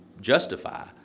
justify